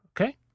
okay